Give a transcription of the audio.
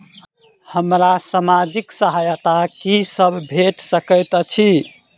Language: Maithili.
हमरा सामाजिक सहायता की सब भेट सकैत अछि?